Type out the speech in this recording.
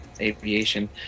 aviation